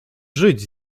żyć